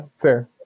fair